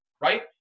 right